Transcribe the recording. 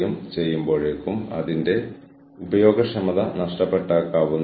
പിന്നെ പോളിസി രൂപീകരണത്തിൽ ജീവനക്കാരുടെ പിന്തുണ എന്നത് മറ്റൊന്നാണ്